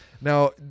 Now